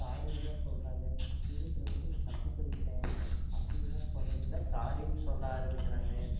ஸாரினு தான் சொல்கிறாங்க இங்கிலிஷ்ல வந்து தப்பு பண்ணிட்டேன் அப்படினு தான் சொல்கிறது இல்லை ஸாரினு சொல்ல ஆரம்மிக்கிறாங்க